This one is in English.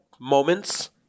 moments